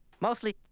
Mostly